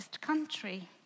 country